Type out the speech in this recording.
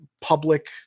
public